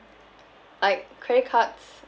like credit cards